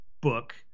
book